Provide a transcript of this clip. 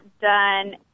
done